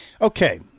Okay